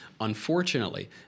Unfortunately